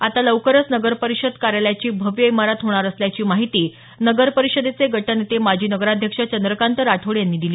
आता लवकरच नगरपरिषद कार्यालयाची भव्य इमारत होणार असल्याची माहिती नगर परिषदेचे गटनेते माजी नगराध्यक्ष चंद्रकांत राठोड यांनी दिली